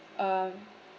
uh